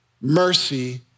mercy